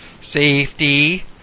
Safety